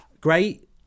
great